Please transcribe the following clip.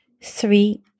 three